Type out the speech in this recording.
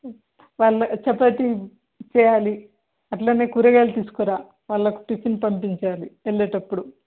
వాళ్ళ చపాతి చేయాలి అట్లనే కూరగాయలు తీసుకురా వాళ్ళకి టిఫిన్ పంపించాలి వెళ్ళేటప్పుడు